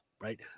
right